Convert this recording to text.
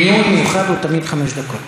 דיון מיוחד הוא תמיד חמש דקות.